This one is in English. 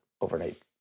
overnight